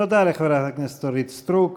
תודה לחברת הכנסת אורית סטרוק.